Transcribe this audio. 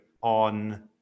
on